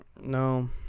No